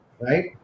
right